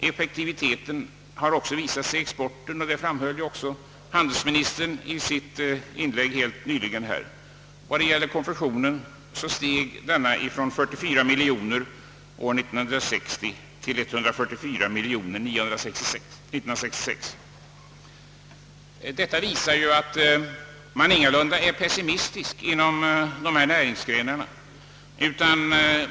Effektiviteten har också resulterat i stigande export, såsom handelsministern nyss framhöll. För konfektionsindustrien ökade exporten från 44 miljoner kronor år 1960 till 144 miljoner år 1966. Detta visar att man ingalunda är pessimistisk inom de här näringsgrenarna.